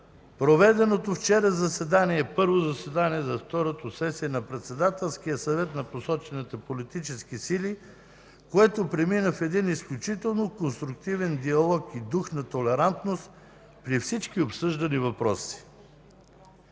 проведеното вчера първо заседание за Втората сесия на Председателския съвет на посочените политически сили, което премина в един изключително конструктивен диалог и дух на толерантност при всички обсъждани въпроси.